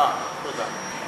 אה, סליחה.